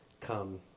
come